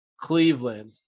Cleveland